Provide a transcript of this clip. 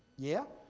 yeah?